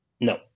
No